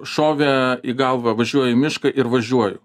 šovė į galvą važiuoji į mišką ir važiuoju